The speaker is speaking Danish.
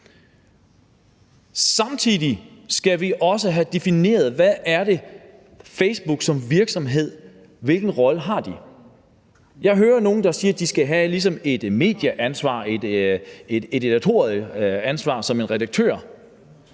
Samtidig skal vi også have defineret, hvilken rolle Facebook har som virksomhed. Jeg hører nogle, der siger, at de ligesom skal have et medieansvar, et editorielt